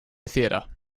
theater